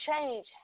change